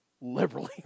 liberally